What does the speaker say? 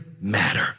matter